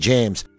James